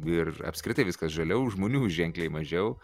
ir apskritai viskas žaliau žmonių ženkliai mažiau